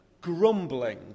Grumbling